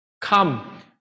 Come